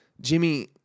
Jimmy